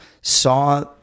saw